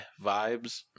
vibes